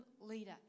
leader